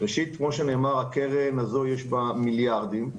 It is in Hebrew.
כמו שנאמר, בקרן הזאת יש מיליארדים.